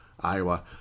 Iowa